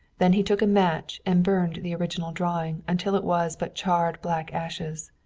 then he took a match and burned the original drawing until it was but charred black ashes.